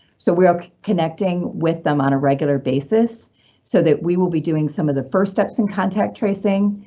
so we're connecting with them on a regular basis so that we will be doing some of the first steps in contact tracing.